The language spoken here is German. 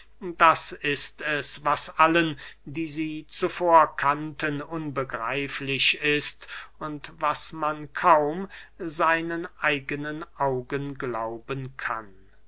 das ist es was allen die sie zuvor kannten unbegreiflich ist und was man kaum seinen eigenen augen glauben kann